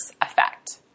effect